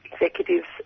executives